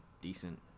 decent